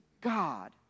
God